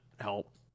help